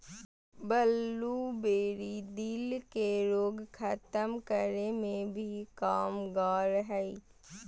blueberry, दिल के रोग खत्म करे मे भी कामगार हय